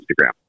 Instagram